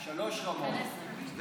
למה לצעוק?